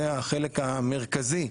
זה החלק המרכזי,